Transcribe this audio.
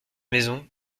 maison